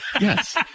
Yes